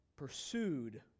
Pursued